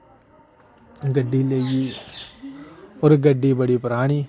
गड्डी लेई होर गड्डी बड़ी परानी